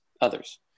others